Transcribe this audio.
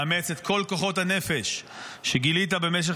לאמץ את כל כוחות הנפש שגילית במשך